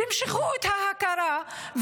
תמשכו את ההכרה.